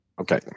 Okay